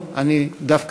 האמיתי?